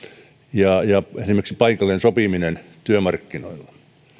ja ja esimerkiksi paikallinen sopiminen työmarkkinoilla